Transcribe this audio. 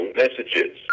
messages